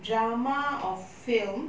drama or film